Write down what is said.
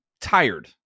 tired